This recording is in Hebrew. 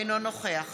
אינו נוכח